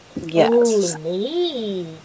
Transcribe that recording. Yes